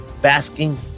basking